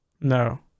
No